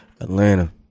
Atlanta